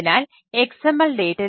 അതിനാൽ XML data